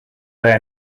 their